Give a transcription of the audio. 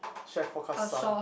chef forecast sun